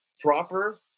proper